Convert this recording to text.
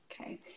Okay